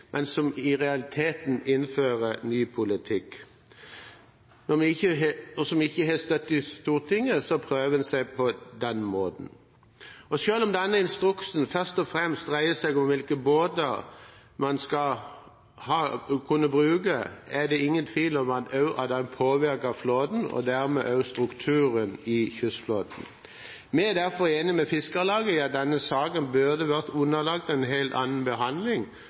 men i realiteten innfører ny politikk. Når en ikke har støtte i Stortinget, prøver en seg på den måten. Selv om denne instruksen først og fremst dreier seg om hvilke båter man skal kunne bruke, er det ingen tvil om at den påvirker flåten, og dermed også strukturen i kystflåten. Vi er derfor enig med Fiskarlaget i at denne saken burde vært underlagt en helt annen behandling,